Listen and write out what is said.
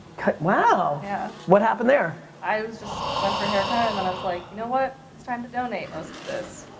cut, wow. yeah. what happened there? i was just, went for a haircut and then i was, like, you know what, it's time to donate most of this.